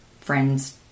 friends